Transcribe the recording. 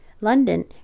London